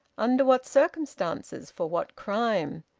under what circumstances? for what crime?